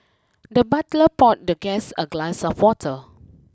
the butler poured the guest a glass of water